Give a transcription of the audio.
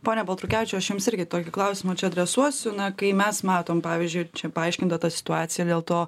pone baltrukevičiau aš jums irgi tokį klausimą čia adresuosiu na kai mes matom pavyzdžiui čia paaiškinta ta situacija dėl to